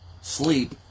sleep